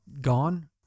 gone